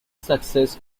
success